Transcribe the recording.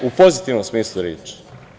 U pozitivnom smislu reči.